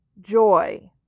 joy